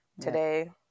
today